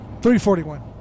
341